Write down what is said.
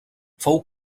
fou